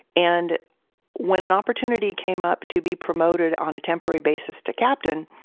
and when an opportunity came up to be promoted on a temporary basis to captain,